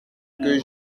que